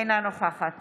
אינה נוכחת